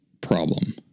problem